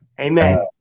Amen